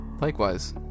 likewise